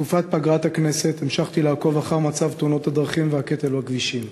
בתקופת פגרת הכנסת המשכתי לעקוב אחר מצב תאונות הדרכים והקטל בכבישים.